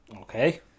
okay